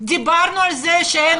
הוא היה